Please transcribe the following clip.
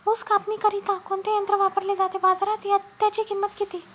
ऊस कापणीकरिता कोणते यंत्र वापरले जाते? बाजारात त्याची किंमत किती?